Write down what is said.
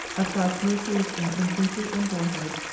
of god's mercies in infancy and boj-hood,